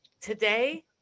today